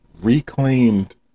reclaimed